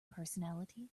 personality